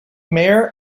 mayor